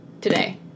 today